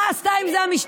מה עשתה עם זה המשטרה?